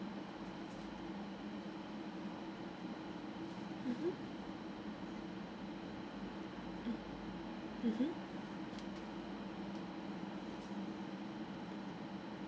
mmhmm mm mmhmm